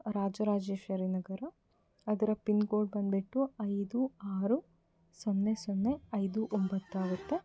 ರಾಜರಾಜೇಶ್ವರಿ ನಗರ ಅದರ pin code ಬಂದ್ಬಿಟ್ಟು ಐದು ಆರು ಸೊನ್ನೆ ಸೊನ್ನೆ ಐದು ಒಂಬತ್ತು ಆಗುತ್ತೆ